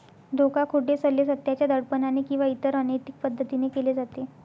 धोका, खोटे सल्ले, सत्याच्या दडपणाने किंवा इतर अनैतिक पद्धतीने केले जाते